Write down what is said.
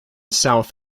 south